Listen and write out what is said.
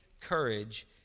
courage